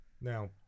Now